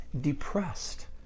depressed